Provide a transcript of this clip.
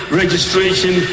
registration